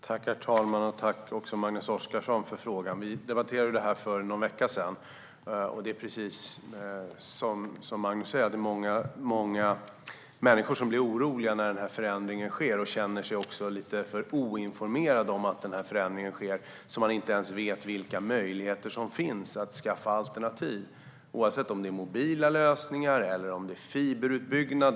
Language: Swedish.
Herr talman! Tack, Magnus Oscarsson, för frågan! Vi debatterade detta för någon vecka sedan. Precis som Magnus säger är det många människor som blir oroliga när denna förändring sker och känner sig lite för oinformerade om den. Man vet inte ens vilka möjligheter som finns att skaffa alternativ, oavsett om det är mobila lösningar eller fiberutbyggnad.